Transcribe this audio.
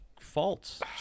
faults